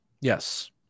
Yes